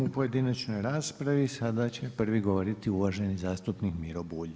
U pojedinačnoj raspravi sada će prvi govoriti uvaženi zastupnik Miro Bulj.